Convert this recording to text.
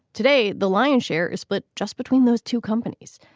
today, the lion's share is but just between those two companies.